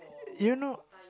you know